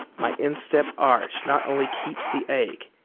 my instep arch not only keeps the ache,